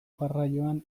garraioan